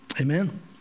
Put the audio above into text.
Amen